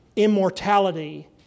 immortality